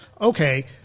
Okay